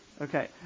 Okay